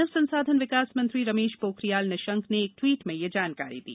मानव संसाधन विकास मंत्री रमेश पोखरियाल निशंक ने एक ट्वीट में यह जानकारी दी